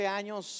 años